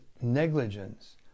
negligence